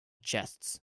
chests